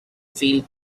feel